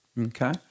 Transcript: Okay